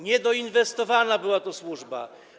Niedoinwestowana była ta służba.